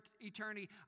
eternity